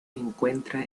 encuentra